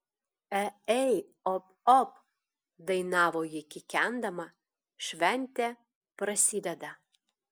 e ei op op dainavo ji kikendama šventė prasideda